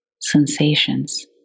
sensations